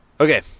Okay